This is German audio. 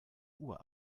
uhr